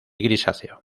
grisáceo